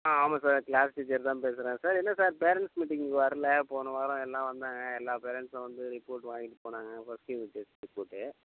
ஆ ஆமாம் sir class teacher தான் பேசுகிறேன் சார் என்ன சார் பேரெண்ட்ஸ் மீட்டிங்கு வரல போன வாரம் எல்லாம் வந்தாங்க எல்லாப் பேரெண்ட்ஸும் வந்து ரிப்போர்ட் வாங்கிகிட்டுப் போனாங்க ஃபஸ்ட் யூனிட் டெஸ்ட் ரிப்போர்ட்டு